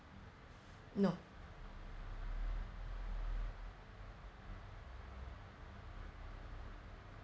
no